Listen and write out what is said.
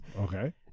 Okay